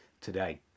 today